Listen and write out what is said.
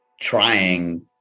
trying